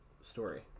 story